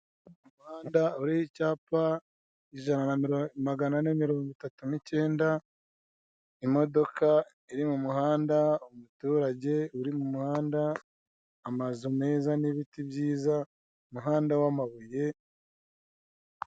Umuhanda uriho icyapa maganane mirongo itatu n'ikenda, imodoka iri mu muhanda, umuturage uri mu muhanda, amazu meza n'ibiti byiza umuhanda wamabuye.